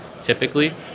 typically